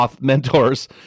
Mentors